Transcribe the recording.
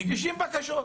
מגישים בקשות?